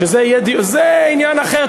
זה עניין אחר.